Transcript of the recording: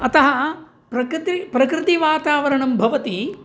अतः प्रकतिः प्रकृतिवातावरणं भवति